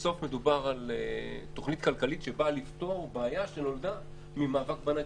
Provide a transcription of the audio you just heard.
בסוף מדובר על תוכנית כלכלית שבאה לפתור בעיה שנולדה ממאבק בנגיף,